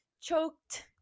choked